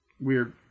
weird